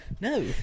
No